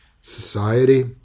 society